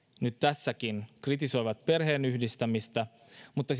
nyt tässäkin kritisoivat perheenyhdistämistä mutta